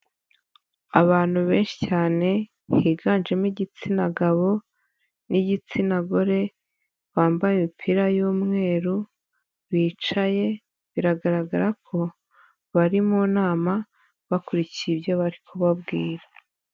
Abantu benshi cyane higanjemo igitsina gabo n'igitsina gore, bambaye imipira y'umweru, bicaye, biragaragara ko bari mu nama bakurikiye ibyo bari kubabwira.